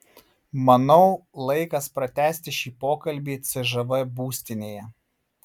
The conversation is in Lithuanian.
manau laikas pratęsti šį pokalbį cžv būstinėje